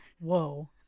Whoa